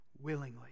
willingly